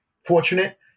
fortunate